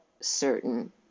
certain